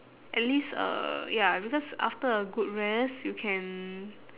at least uh ya because after a good rest you can